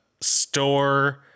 store